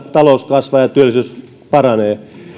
talous kasvaa ja ja työllisyys paranee